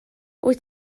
wyt